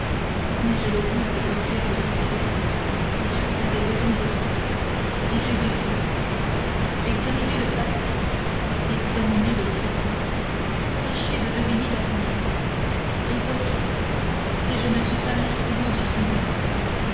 mais je le dis avec orgueil mercédès dieu avait besoin de moi et j'ai vécu examinez le passé examinez le présent tâchez de deviner l'avenir et voyez si je ne suis pas l'instrument du seigneur